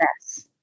Yes